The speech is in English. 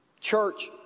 Church